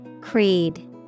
Creed